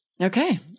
Okay